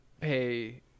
pay